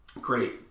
great